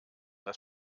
das